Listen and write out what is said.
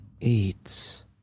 eats